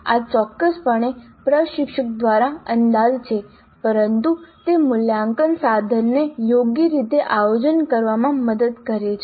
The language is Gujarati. આ ચોક્કસપણે પ્રશિક્ષક દ્વારા અંદાજ છે પરંતુ તે મૂલ્યાંકન સાધનને યોગ્ય રીતે આયોજન કરવામાં મદદ કરે છે